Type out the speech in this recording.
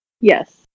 Yes